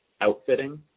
outfitting